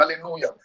hallelujah